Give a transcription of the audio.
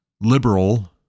liberal